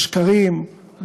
לשקרים,